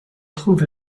trouve